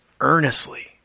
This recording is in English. earnestly